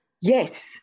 Yes